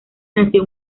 nació